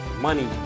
money